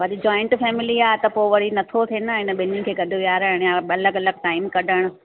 वरी joint family आ त पो वरी नथो थे न हिननि ॿिनिनि खे गॾु विहारणु या अलॻि अलॻि टाइम कढणु